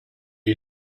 you